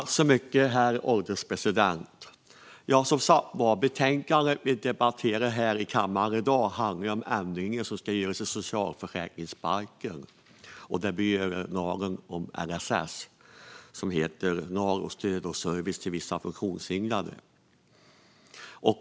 Herr ålderspresident! Det betänkande vi debatterar i kammaren i dag handlar som sagt om ändringar som ska göras i socialförsäkringsbalken. Det berör LSS, det vill säga lagen om stöd och service till vissa funktionshindrade.